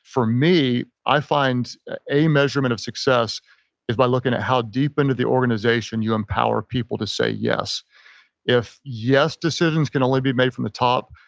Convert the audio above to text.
me i find a measurement of success is by looking at how deep into the organization you empower people to say yes if yes decisions can only be made from the top,